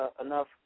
enough